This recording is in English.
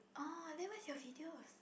oh then where's your videos